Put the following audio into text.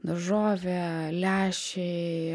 daržovė lęšiai